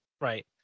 Right